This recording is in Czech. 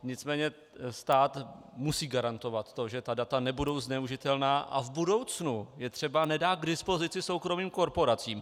Nicméně stát musí garantovat to, že ta data nebudou zneužitelná a v budoucnu je třeba nedá k dispozici soukromým korporacím.